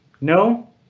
No